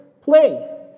play